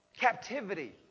captivity